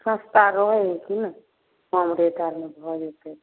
सस्ता रहै हय कि नै महगे कम रेट आरमे भऽ जेतै